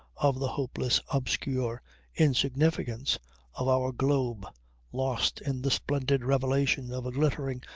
of the hopeless obscure insignificance of our globe lost in the splendid revelation of a glittering,